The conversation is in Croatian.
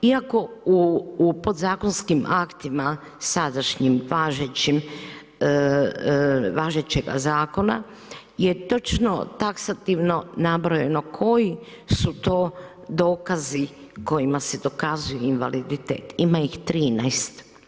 Iako u podzakonskim aktima, sadašnjim, važećim, važećim zakona, je točno, taksativno, nabrojano, koji su to dokazi koji se dokazuje invaliditet, ima ih 13.